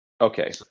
Okay